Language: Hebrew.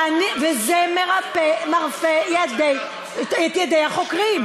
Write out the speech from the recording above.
זה מרפה את ידי החוקרים.